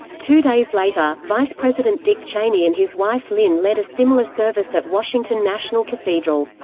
two days later, vice president dick cheney and his wife lynne led a similar service at washington national cathedral.